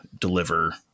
deliver